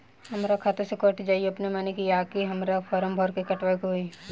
हमरा खाता से कट जायी अपने माने की आके हमरा फारम भर के कटवाए के होई?